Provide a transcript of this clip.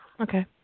Okay